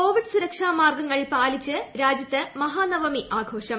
Covid സുരക്ഷാമാർഗ്ഗങ്ങൾ പാലിച്ച് രാജ്യത്ത് മഹാനവമി ആഘോഷം